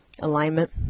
alignment